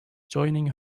joining